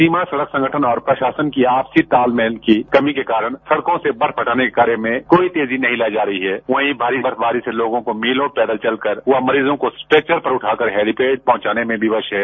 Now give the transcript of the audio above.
सीमा सड़क संगठन और प्रशासन के आपसी तालमेल की कमी के कारण सड़कों से बर्फ हटाने के कार्य मे तेज़ी नहीं लाई जा रही है वहीं भारी बर्फबारी से लोगों को मीलों पैदल चलकर व मरीज़ों को स्ट्रैचर पर हेलीपैड तक पहुचाने में विवश है